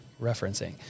referencing